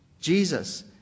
Jesus